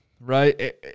right